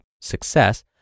success